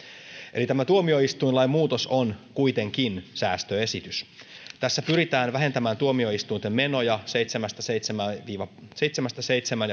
eli tämä tuomioistuinlain muutos on kuitenkin säästöesitys tässä pyritään vähentämään tuomioistuinten menoja seitsemän viiva seitsemän